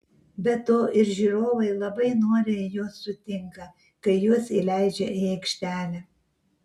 be to ir žiūrovai labai noriai juos sutinka kai juos įleidžia į aikštelę